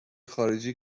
خارجی